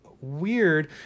weird